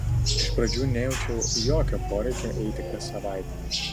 iš pradžių nejaučiau jokio poreikio eiti kas savaitę